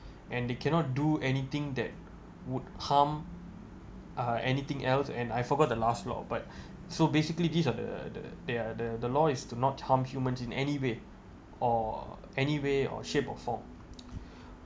and they cannot do anything that would harm uh anything else and I forgot the last law but so basically these are the the there’re the the law is do not harm humans in any way or any way or shape or form